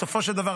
ובסופו של דבר,